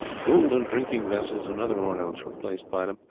golden drinking-vessels and other ornaments were placed by them,